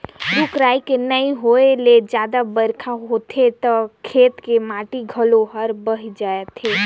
रूख राई के नइ होए ले जादा बइरखा होथे त खेत के माटी घलो हर बही जाथे